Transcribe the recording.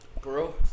Girl